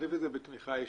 תחליף את זה בתמיכה ישירה.